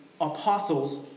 apostles